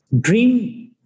dream